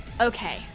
Okay